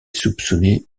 soupçonné